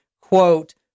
quote